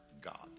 God